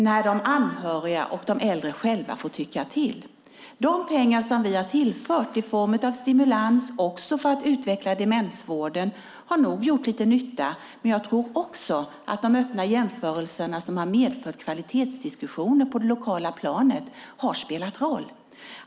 Här har de anhöriga och de äldre själva fått tycka till. De pengar som vi har tillfört i form av stimulans och för att utveckla demensvården har nog gjort lite nytta, men jag tror också att de öppna jämförelserna, som har medfört kvalitetsdiskussioner på det lokala planet, har spelat roll.